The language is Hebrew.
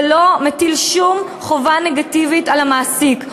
זה לא מטיל שום חובה נגטיבית על המעסיק.